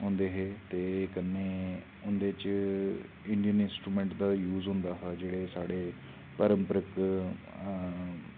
होंदे हे ते कन्ने ते उंदे च इंडियन इंस्टूमैंट दा जूय होंदा हा जेह्ड़े साढ़े पारंपरिक